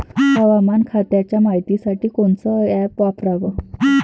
हवामान खात्याच्या मायतीसाठी कोनचं ॲप वापराव?